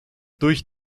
durch